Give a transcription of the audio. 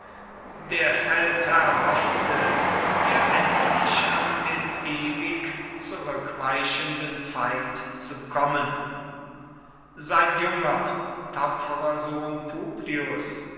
der feldherr hoffte hier endlich an den ewig zurückweichenden feind zu kommen sein junger tapferer sohn publius